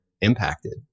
impacted